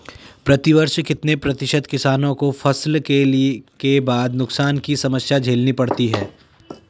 प्रतिवर्ष कितने प्रतिशत किसानों को फसल के बाद नुकसान की समस्या झेलनी पड़ती है?